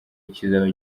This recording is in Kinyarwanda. kizaba